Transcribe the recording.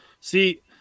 See